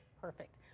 Perfect